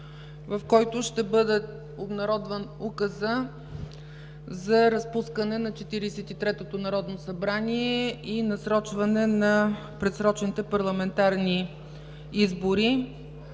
в който ще бъде обнародван указът за разпускане на 43-ото народно събрание и насрочване на предсрочните парламентарни избори.